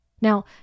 Now